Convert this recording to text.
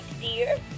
dear